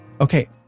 Okay